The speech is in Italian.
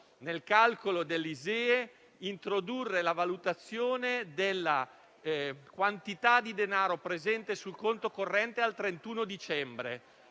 nel calcolo dell'ISEE introdurre la valutazione della quantità di denaro presente sul conto corrente al 31 dicembre.